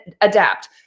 adapt